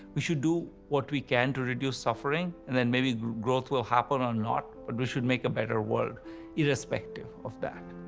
we should do what we can to reduce suffering and then maybe growth will happen or not but and we should make a better world irrespective of that.